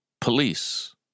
police